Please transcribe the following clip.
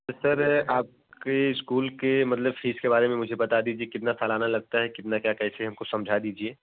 sir आपके school के मतलब फीस के बारे में मुझे बता दीजिए कितना सलाना लगता है कितना क्या कैसे हमको समझा दीजिए